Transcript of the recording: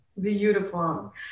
Beautiful